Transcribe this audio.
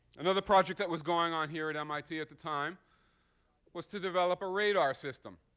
another project that was going on here at mit at the time was to develop a radar system,